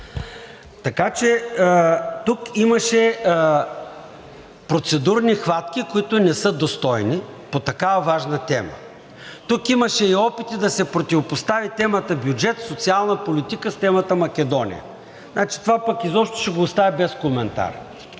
Така че тук имаше процедурни хватки, които не са достойни по такава важна тема. Тук имаше и опити да се противопостави темата „бюджет – социална политика“ с темата „Македония“. Това пък изобщо ще го оставя без коментар.